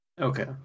Okay